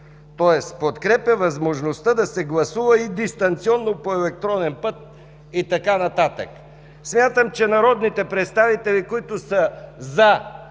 Тоест подкрепя възможността да се гласува и дистанционно по електронен път и така нататък. Смятам, че народните представители, които са „за”